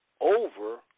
over